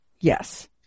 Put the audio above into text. yes